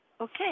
Okay